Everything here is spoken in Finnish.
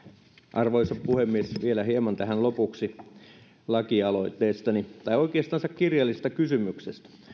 arvoisa puhemies vielä hieman tähän lopuksi lakialoitteestani tai oikeastaan kirjallisesta kysymyksestäni